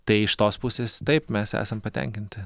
tai iš tos pusės taip mes esam patenkinti